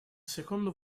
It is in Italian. secondo